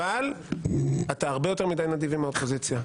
אבל אתה הרבה יותר מדי נדיב עם האופוזיציה.